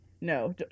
no